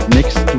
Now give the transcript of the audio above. next